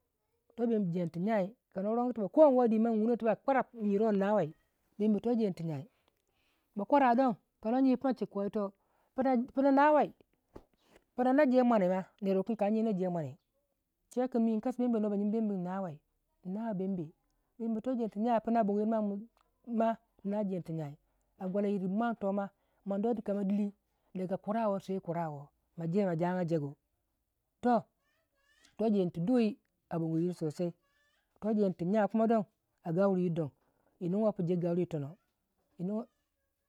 bembe to jeni tu jyai kana ma ronge dima nwunuwai tibak kwarap nya do bembe toh jeni tu jyai ba kwara don kano jyipin chika ko yito pino nawai pina na jei mwane ma nerwukange ka jyi na je mwane jewe kin mii nkasi bembe mii noba jyige bembe inawei inawei bembe bembe toh yir tu jyai apin bogoyir ma tina jenitu jyai akwalayir mwei toma mwegto tu kama dili daga kura woo sai kura woo ma je ma jagya jegu toh to jeni tu dui a bogoyiru to jeni tu kuni sosai toh jeni to jyan kuma don a gauriyiri don yinu guwei pu jegu gaure yi tono yinigiwei pu